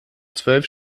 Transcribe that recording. zwölf